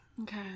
Okay